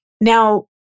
Now